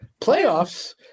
Playoffs